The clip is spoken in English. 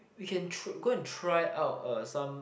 we can try go and try out uh some